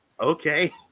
okay